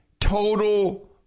total